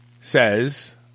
says